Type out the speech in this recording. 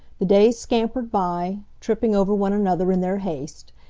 the days scampered by, tripping over one another in their haste.